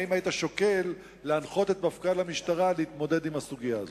האם היית שוקל להנחות את מפכ"ל המשטרה להתמודד עם הסוגיה הזו?